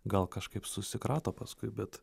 gal kažkaip susikrato paskui bet